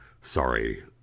sorry